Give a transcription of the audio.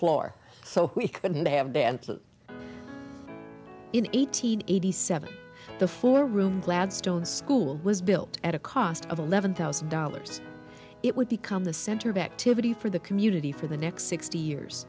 floor so we can have a band in eighteen eighty seven the four room gladstone school was built at a cost of eleven thousand dollars it would become the center of activity for the community for the next sixty years